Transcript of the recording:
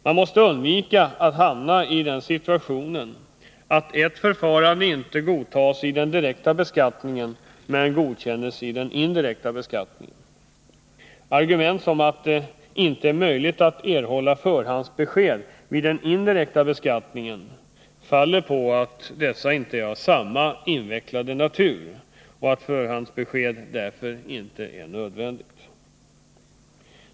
Man måste undvika att hamna i den situationen att förfaranden som inte godtas vid den direkta beskattningen godkänns vid den indirekta beskattningen. Argumentet att det inte är möjligt att erhålla förhandsbesked vid den indirekta beskattningen faller på att de skatter och avgifter det är fråga om vid den indirekta beskattningen inte är av samma invecklade natur som vid den direkta beskattningen och att förhandsbesked där därför inte är nödvändigt.